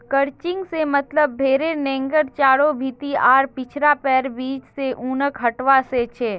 crutching से मतलब भेडेर नेंगड चारों भीति आर पिछला पैरैर बीच से ऊनक हटवा से छ